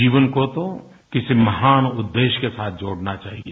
जीवन को तो किसी महान उद्देश्य के साथ जोड़ना चाहिए